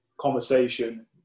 conversation